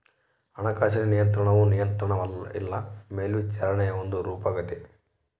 ಹಣಕಾಸಿನ ನಿಯಂತ್ರಣವು ನಿಯಂತ್ರಣ ಇಲ್ಲ ಮೇಲ್ವಿಚಾರಣೆಯ ಒಂದು ರೂಪಾಗೆತೆ